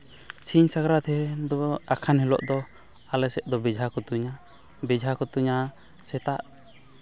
ᱥᱤᱧ ᱥᱟᱠᱨᱟᱛ ᱦᱤᱞᱳᱜ ᱫᱚ ᱟᱠᱷᱟᱱ ᱦᱤᱞᱳᱜ ᱫᱚ ᱟᱞᱮ ᱥᱮᱫ ᱫᱚ ᱵᱮᱡᱷᱟ ᱠᱚ ᱛᱩᱧᱟ ᱵᱮᱡᱷᱟ ᱠᱚ ᱛᱩᱧᱟ ᱥᱮᱛᱟᱜ